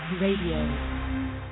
Radio